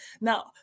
Now